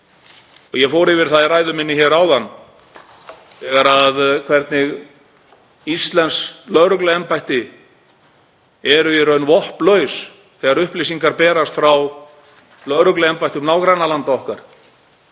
Ég fór yfir það í ræðu minni áðan hvernig íslensk lögregluembætti eru í raun vopnlaus þegar upplýsingar berast frá lögregluembættum nágrannalanda okkar